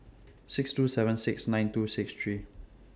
six two seven six nine two six three